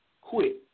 quit